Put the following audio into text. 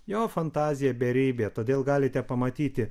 jo fantazija beribė todėl galite pamatyti